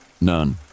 none